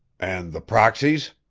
and the proxies?